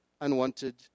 unwanted